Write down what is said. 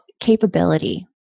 capability